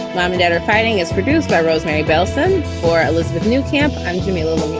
mom and dad are fighting is produced by rosemarie bellson. for elisabeth new camp, i'm jimmy little